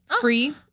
Free